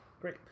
Great